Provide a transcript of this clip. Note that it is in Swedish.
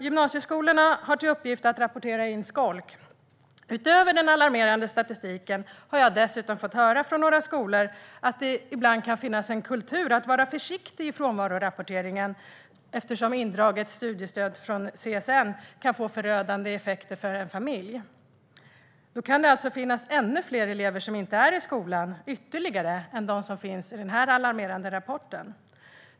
Gymnasieskolorna har till uppgift att rapportera in skolk. Utöver den alarmerande statistiken har jag dessutom fått höra att det ibland kan finnas en kultur att vara försiktig i frånvarorapporteringen eftersom indraget studiebidrag från CSN kan få förödande effekter för en familj. Då kan det alltså finnas ännu fler elever som inte är i skolan utöver dem som återfinns i denna alarmerande rapport.